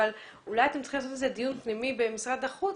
אבל אולי אתם צריכים לעשות איזה דיון פנימי במשרד החוץ